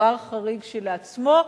דבר חריג כשלעצמו,